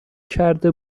کرده